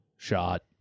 Shot